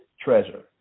treasure